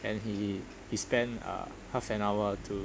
and he he spent uh half an hour to